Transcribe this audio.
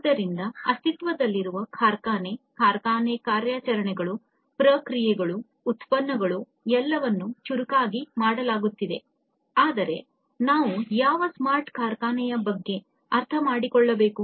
ಆದ್ದರಿಂದ ಅಸ್ತಿತ್ವದಲ್ಲಿರುವ ಕಾರ್ಖಾನೆ ಕಾರ್ಖಾನೆ ಕಾರ್ಯಾಚರಣೆಗಳು ಪ್ರಕ್ರಿಯೆಗಳು ಉತ್ಪನ್ನಗಳು ಎಲ್ಲವನ್ನೂ ಚುರುಕಾಗಿ ಮಾಡಲಾಗುತ್ತಿದೆ ಆದರೆ ನಂತರ ನಾವು ಯಾವ ಸ್ಮಾರ್ಟ್ ಕಾರ್ಖಾನೆಯ ಬಗ್ಗೆ ಅರ್ಥಮಾಡಿಕೊಳ್ಳಬೇಕು